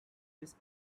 this